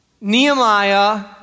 Nehemiah